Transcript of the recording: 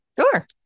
Sure